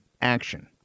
action